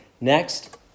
Next